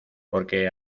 porque